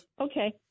Okay